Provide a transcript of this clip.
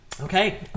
Okay